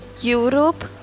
Europe